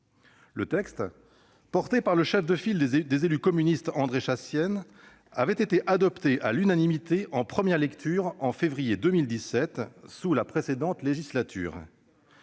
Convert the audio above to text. Le texte, porté par le chef de file des élus communistes André Chassaigne, avait été adopté à l'unanimité en première lecture en février 2017, sous la précédente législature.